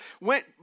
went